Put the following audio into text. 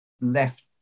left